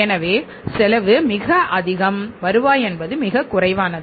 எனவே செலவு மிக அதிகம் வருவாய் என்பது மிகக் குறைவானது